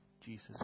Jesus